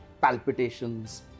palpitations